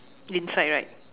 inside right